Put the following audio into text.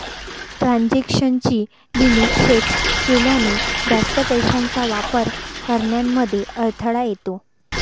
transaction ची limit set केल्याने, जास्त पैशांचा वापर करण्यामध्ये अडथळा येतो